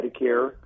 Medicare